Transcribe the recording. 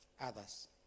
others